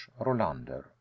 Rolander